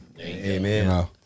Amen